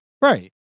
Right